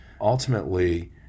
ultimately